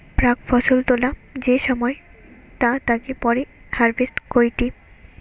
প্রাক ফসল তোলা যে সময় তা তাকে পরে হারভেস্ট কইটি